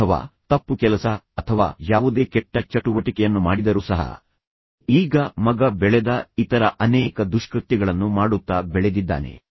ಅಥವಾ ತಪ್ಪು ಕೆಲಸ ಅಥವಾ ಯಾವುದೇ ಕೆಟ್ಟ ಚಟುವಟಿಕೆಯನ್ನು ಮಾಡಿದರು ಸಹ ಈಗ ಮಗ ಬೆಳೆದ ಇತರ ಅನೇಕ ದುಷ್ಕೃತ್ಯಗಳನ್ನು ಮಾಡುತ್ತಾ ಬೆಳೆದಿದ್ದಾನೆ